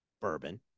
bourbon